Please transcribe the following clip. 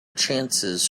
chances